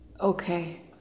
Okay